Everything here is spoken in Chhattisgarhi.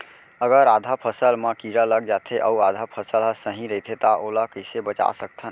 अगर आधा फसल म कीड़ा लग जाथे अऊ आधा फसल ह सही रइथे त ओला कइसे बचा सकथन?